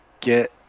get